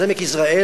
אז עמק יזרעאל